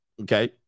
Okay